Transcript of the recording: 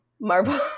Marvel